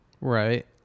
Right